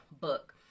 book